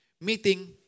meeting